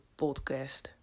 podcast